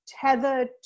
tethered